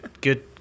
good